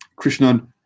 Krishnan